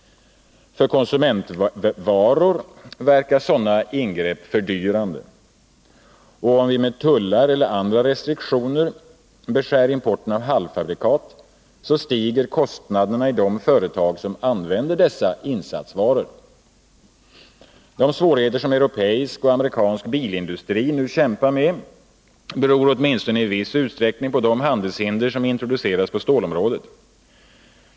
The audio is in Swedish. För konsumentvaror verkar sådana ingrepp fördyrande. Och om vi med tullar eller andra restriktioner beskär importen av halvfabrikat, stiger kostnaderna i de företag som använder dessa insatsvaror. De svårigheter som europeisk och amerikansk bilindustri nu kämpar med beror åtminstone i viss utsträckning på de handelshinder som introducerats på stålområdet.